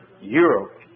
Europe